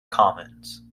commons